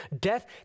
Death